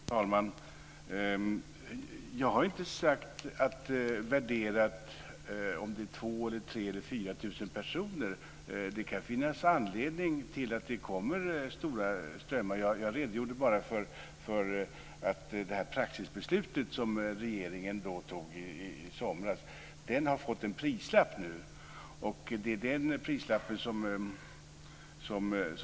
Fru talman! Jag har inte värderat om det är 2 000, 3 000 eller 4 000 personer. Det kan finnas anledning till att det kommer stora strömmar. Jag redogjorde bara för det praxisbeslut som regeringen fattade i somras. Det har nu fått en prislapp.